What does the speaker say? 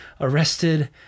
arrested